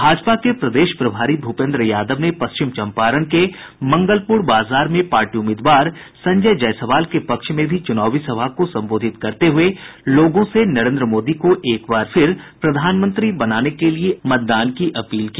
भाजपा के प्रदेश प्रभारी भूपेन्द्र यादव ने पश्चिम चंपारण के मंगलपुर बाजार में पार्टी उम्मीदवार संजय जायसवाल के पक्ष में चुनावी सभा को संबोधित करते हुए लोगों से नरेन्द्र मोदी को एक बार फिर प्रधानमंत्री बनाने के लिये एनडीए उम्मीदवार के पक्ष में मतदान की अपील की